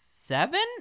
seven